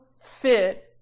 fit